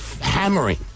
hammering